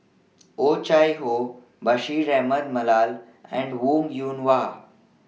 Oh Chai Hoo Bashir Ahmad Mallal and Wong Yoon Wah